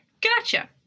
gotcha